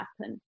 happen